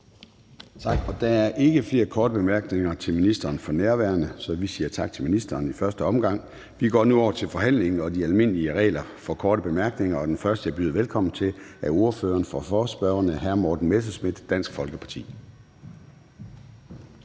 Tak, og der er ikke flere korte bemærkninger til ministeren for nærværende, så vi siger tak til ministeren i første omgang. Vi går nu over til forhandlingen og de almindelige regler for korte bemærkninger, og den første, jeg byder velkommen til, er ordføreren for forespørgerne, hr. Morten Messerschmidt, Dansk Folkeparti.